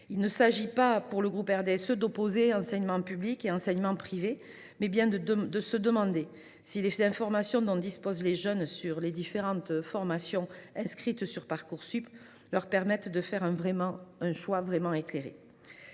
Il ne s’agit pas, pour le groupe RDSE, d’opposer l’enseignement public à l’enseignement privé, mais de se demander si les informations dont disposent les jeunes au sujet des différentes formations proposées sur Parcoursup leur permettent de faire un choix vraiment éclairé.